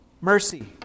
mercy